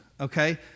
okay